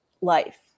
life